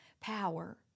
power